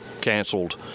canceled